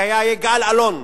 זה היה יגאל אלון,